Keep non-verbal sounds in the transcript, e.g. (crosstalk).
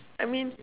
I mean (laughs)